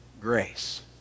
grace